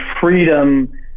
freedom